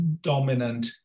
dominant